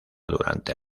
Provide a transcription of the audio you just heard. durante